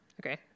okay